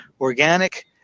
organic